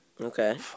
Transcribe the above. Okay